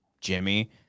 Jimmy